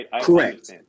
Correct